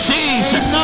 Jesus